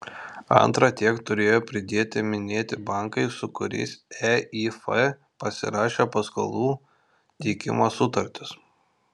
antra tiek turėjo pridėti minėti bankai su kuriais eif pasirašė paskolų teikimo sutartis